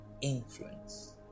influence